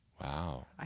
Wow